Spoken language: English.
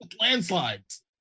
landslides